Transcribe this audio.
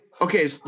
okay